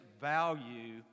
value